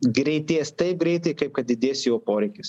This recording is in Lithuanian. greitės taip greitai kaip kad didės jo poreikis